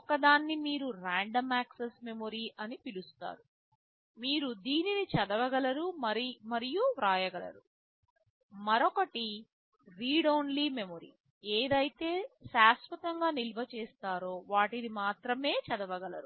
ఒకదాన్ని మీరు random access memory అని పిలుస్తారు మీరు దీనిని చదవగలరు మరియు వ్రాయగలరు మరొకటి రీడ్ ఓన్లీ మెమరీ ఏదైతే శాశ్వతంగా నిల్వ చేసారో వాటిని మాత్రమే చదవగలరు